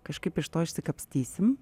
kažkaip iš to išsikapstysim